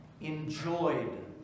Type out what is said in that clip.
enjoyed